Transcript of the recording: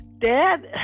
dad